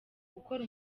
gukora